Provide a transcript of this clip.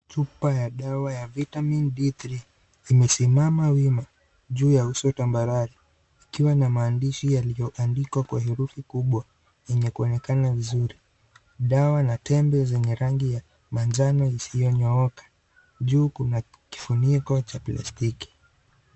Chupa ya dawa ya vitamin D3, imesimama wima juu ya uso tambarare, ukiwa na maandishi ya yaliyoandikwa kwa herufi kubwa yenye kaonekana vizuri. Dawa na tembe yenye rangi ya manjano isiyonyooka. Juu Kuna kifuniko ya plastic .